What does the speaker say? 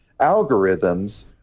algorithms